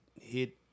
hit